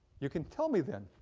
you can tell me then,